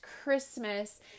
Christmas